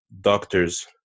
doctors